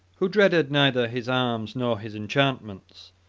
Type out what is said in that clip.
who dreaded neither his arms nor his enchantments,